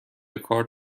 کارت